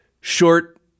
short